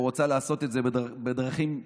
או שהיא רוצה לעשות את זה בדרכים שלה.